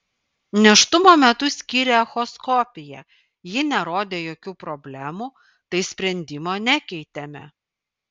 nėštumo metu skyrė echoskopiją ji nerodė jokių problemų tai sprendimo nekeitėme